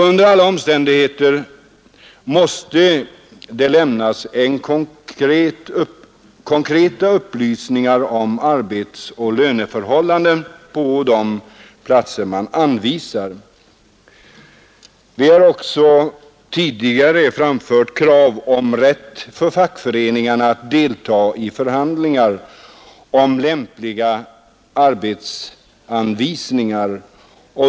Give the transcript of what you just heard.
Under alla omständigheter måste det lämnas korrekta upplysningar om arbetsoch löneförhållanden för anvisade platser. Vi har tidigare framfört krav om rätt för fackföreningarna att delta i förhandlingar om lämpliga arbetsanvisningar.